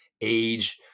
age